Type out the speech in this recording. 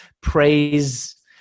praise